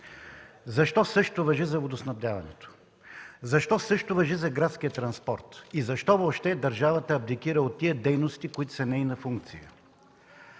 Защо същото важи за водоснабдяването? Защо същото важи за градския транспорт? Защо въобще държавата абдикира от дейностите, които са нейна функция?